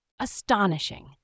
Astonishing